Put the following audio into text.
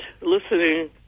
listening